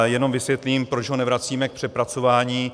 Jenom vysvětlím, proč ho nevracíme k přepracování.